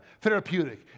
Therapeutic